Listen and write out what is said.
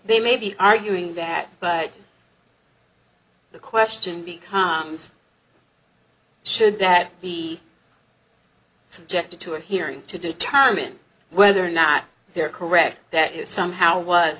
they may be arguing that but the question becomes should that be subjected to a hearing to determine whether or not they're correct